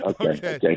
okay